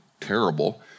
terrible